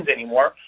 anymore –